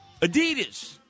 Adidas